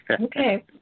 Okay